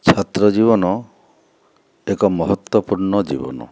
ଛାତ୍ର ଜୀବନ ଏକ ମହତ୍ୱପୂର୍ଣ୍ଣ ଜୀବନ